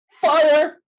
fire